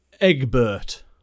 Egbert